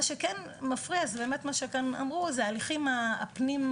מה שכן מפריע זה מה שאמרו כאן: ההליכים הפנים-משרדיים,